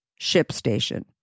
ShipStation